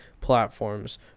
platforms